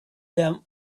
them